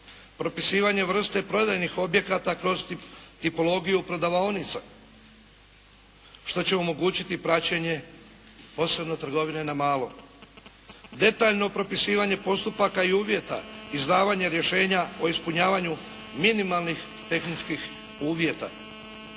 Propisivanje vrste prodajnih objekata kroz tipologiju prodavaonica što će omogućiti praćenje osobno trgovine na malo. Detaljno propisivanje postupaka i uvjeta, izdavanje rješenja o ispunjavanju minimalnih tehničkih uvjeta.